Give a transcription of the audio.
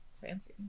fancy